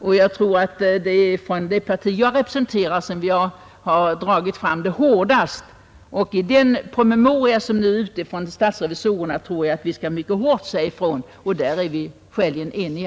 Det parti som jag representerar har hårdast fört fram kravet. I den promemoria som nu har kommit från riksdagens revisorer säger vi bestämt ifrån. Där är vi eniga.